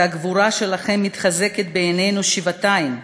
והגבורה שלכם מתחזקת בעינינו שבעתיים,